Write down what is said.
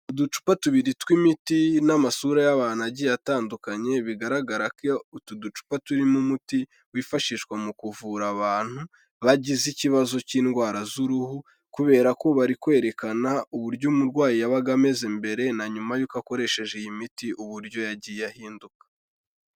Uducupa tubiri tw'imiti n'amasura y'abantu agiye atandukanye, bigaragara ko utu ducupa turimo umuti wifashishwa mu kuvura abantu bagize ikibazo cy'indwara z'uruhu kubera ko bari kwerekana uburyo umurwayi yabaga ameze mbere na nyuma y'uko akoresheje iyi miti uburyo yagiye ahinduka.